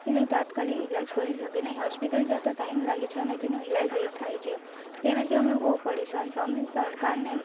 એનો તાત્કાલિક ઈલાજ કરી શકે નહીં હોસ્પિતલ જતાં ટાઈમ લાગે છે અને તેનો ઈલાજ લેટ થાય છે તેનાથી અમે બહુ પરેશાન છીએ અમે સરકારને